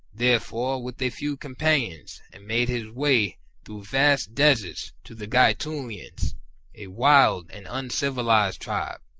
therefore, with a few companions, and made his way through vast deserts to the gaetulians, a wild and un civilized tribe,